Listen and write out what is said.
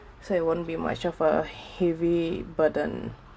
so it won't be much of a heavy burden